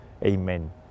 Amen